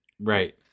Right